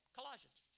Colossians